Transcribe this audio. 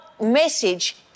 message